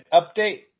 update